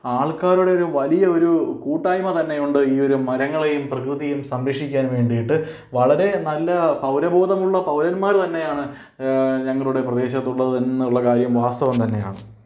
ആൾക്കാരുടെ ഒരു വലിയ ഒരു കൂട്ടായ്മ്മ തന്നെയുണ്ട് ഈ ഒരു മരങ്ങളെയും പ്രകൃതിയെയും സംരക്ഷിക്കാൻ വേണ്ടീട്ട് വളരെ നല്ല പൗരബോധമുള്ള പൗരന്മാർ തന്നെയാണ് ഞങ്ങളുടെ പ്രദേശത്തുള്ളത് എന്നുള്ള കാര്യം വാസ്തവം തന്നെയാണ്